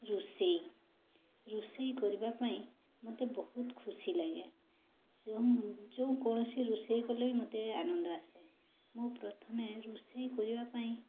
ରୋଷେଇ ରୋଷେଇ କରିବା ପାଇଁ ମତେ ବହୁତ ଖୁସି ଲାଗେ ଯେକୌଣସି ରୋଷେଇ କଲେ ମତେ ଆନନ୍ଦ ଆସେ ମୁଁ ପ୍ରଥମେ ରୋଷେଇ କରିବା ପାଇଁ